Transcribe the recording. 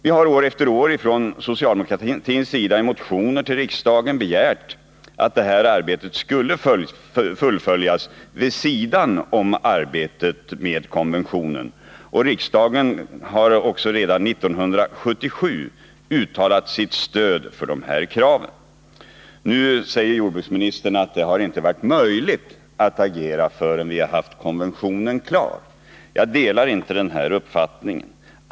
År efter år har vi från socialdemokratins sida i motioner till riksdagen begärt att det här arbetet skulle fullföljas vid sidan av arbetet med konventionen. Redan 1977 uttalade också riksdagen sitt stöd för dessa krav. Nu säger jordbruksministern att det inte har varit möjligt att agera förrän konventionen blivit klar. Jag delar inte denna uppfattning.